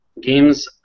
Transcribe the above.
games